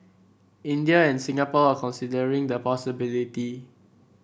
India and Singapore are considering the possibility